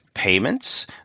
Payments